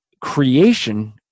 creation